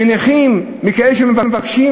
מנכים, מכאלה שמבקשים,